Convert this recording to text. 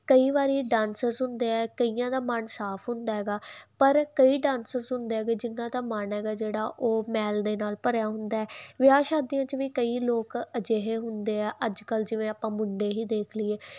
ਕਈ ਵਾਰੀ ਡਾਂਸਰ ਹੁੰਦੇ ਆ ਕਈਆਂ ਦਾ ਮਨ ਸਾਫ ਹੁੰਦਾ ਹੈਗਾ ਪਰ ਕਈ ਡਾਂਸ ਹੁੰਦੇ ਹੈਗੇ ਜਿਨਾਂ ਦਾ ਮਨ ਹੈਗਾ ਜਿਹੜਾ ਉਹ ਮੈਲ ਦੇ ਨਾਲ ਭਰਿਆ ਹੁੰਦਾ ਵਿਆਹ ਸ਼ਾਦੀਆਂ ਚ ਵੀ ਕਈ ਲੋਕ ਅਜਿਹੇ ਹੁੰਦੇ ਆ ਅੱਜ ਕੱਲ ਜਿਵੇਂ ਆਪਾਂ ਮੁੰਡੇ ਹੀ ਦੇਖ ਲਈਏ